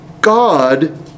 God